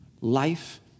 Life